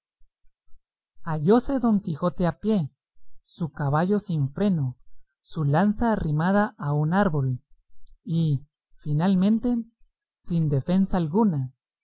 hallóse don quijote a pie su caballo sin freno su lanza arrimada a un árbol y finalmente sin defensa alguna